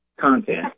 content